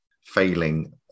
failing